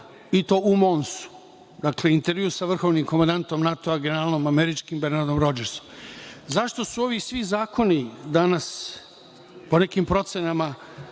i to u Monsu, intervju sa vrhovnim komandantom NATO-a, američkim generalom Bernardom Rodžersom.Zašto su ovi svi zakoni danas, po nekim procenama,